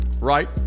right